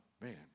man